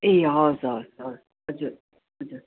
ए हवस् हवस् हवस् हजुर हजुर